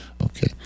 Okay